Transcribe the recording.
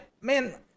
Man